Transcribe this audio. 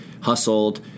hustled